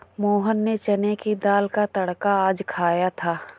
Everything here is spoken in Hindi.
मोहन ने चने की दाल का तड़का आज खाया था